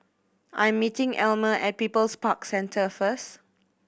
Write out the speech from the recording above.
I'm meeting Elma at People's Park Centre first